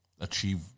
achieve